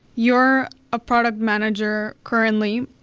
you're a product manager currently.